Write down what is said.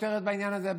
כותרת בעניין הזה,